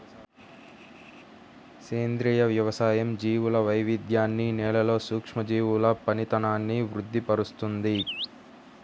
సేంద్రియ వ్యవసాయం జీవుల వైవిధ్యాన్ని, నేలలోని సూక్ష్మజీవుల పనితనాన్ని వృద్ది పరుస్తుంది